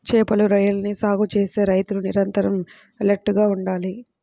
చేపలు, రొయ్యలని సాగు చేసే రైతులు నిరంతరం ఎలర్ట్ గా ఉండాలి